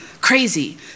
Crazy